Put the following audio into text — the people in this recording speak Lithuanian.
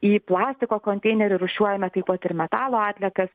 į plastiko konteinerį rūšiuojame taip pat ir metalo atliekas